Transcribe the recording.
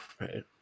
Right